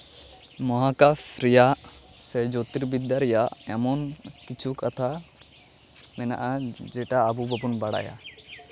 ᱢᱚᱦᱟᱠᱟᱥ ᱨᱮᱭᱟᱜ ᱥᱮ ᱡᱳᱛᱤᱨᱵᱤᱫᱽᱫᱟ ᱨᱮᱭᱟᱜ ᱮᱢᱚᱱ ᱠᱤᱪᱷᱩ ᱠᱟᱛᱷᱟ ᱢᱮᱱᱟᱜᱼᱟ ᱡᱮᱴᱟ ᱟᱵᱳ ᱵᱟᱵᱚᱱ ᱵᱟᱲᱟᱭᱟ